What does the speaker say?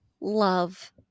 love